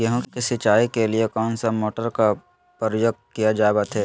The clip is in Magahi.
गेहूं के सिंचाई के लिए कौन सा मोटर का प्रयोग किया जावत है?